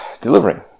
delivering